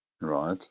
Right